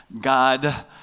God